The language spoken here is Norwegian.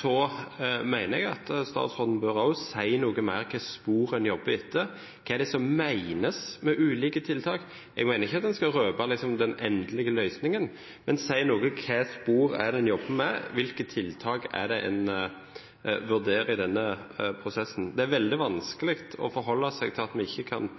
så mener jeg at statsråden også bør si noe mer om hva slags spor en jobber etter, hva som menes med «ulike tiltak». Jeg mener ikke at en skal røpe den endelige løsningen, men en kan si noe om hva slags spor en jobber med, hvilke tiltak en vurderer i denne prosessen. Det er veldig vanskelig å forholde seg til at vi ikke kan